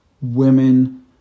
women